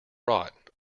rot